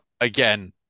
again